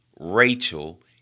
Rachel